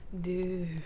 Dude